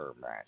match